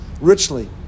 richly